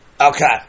Okay